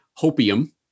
hopium